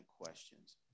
questions